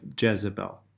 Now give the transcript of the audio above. Jezebel